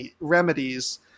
remedies